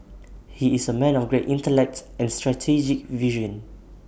he is A man of great intellect and strategic vision